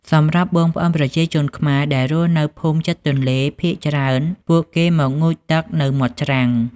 សម្រាប់់បងប្អូនប្រជាជនខ្មែរដែលរស់នៅភូមិជិតទន្លេ ភាគច្រើន ពួកគេមកងូតទឹកនៅមាត់ច្រាំង។